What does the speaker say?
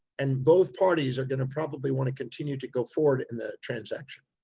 and both parties are going to probably want to continue to go forward in the transaction.